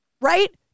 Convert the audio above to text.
right